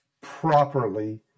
properly